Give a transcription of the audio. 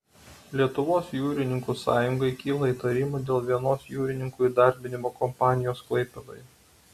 lietuvos jūrininkų sąjungai kyla įtarimų dėl vienos jūrininkų įdarbinimo kompanijos klaipėdoje